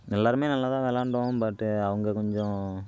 எல்லாருமே நல்லா தான் விளாண்டோம் பட்டு அவங்க கொஞ்சம்